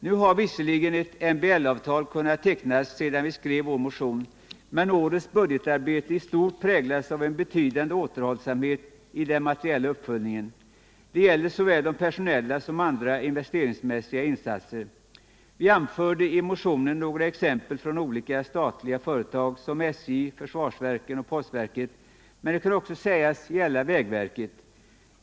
Nu har visserligen ett MBL-avtal kunnat tecknas sedan vi skrev vår motion, men årets budgetarbete i stort präglas av en betydande återhållsamhet i den materiella uppföljningen. Det gäller såväl personella som andra investeringsmässiga insatser. Vi anförde i motionen några exempel från olika statliga företag som SJ, försvarsverken och postverket, men det kan också sägas gälla vägverket.